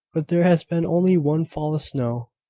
but there has been only one fall of snow,